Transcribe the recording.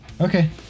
Okay